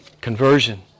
conversion